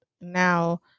Now